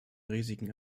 risiken